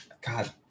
god